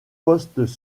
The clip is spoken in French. postes